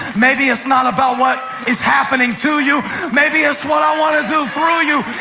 maybe it's not about what is happening to you maybe it's what i want to do through you.